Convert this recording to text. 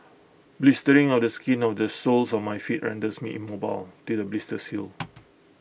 blistering of the skin on the soles of my feet renders me immobile till the blisters heal